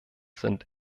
sind